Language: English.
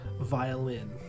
violin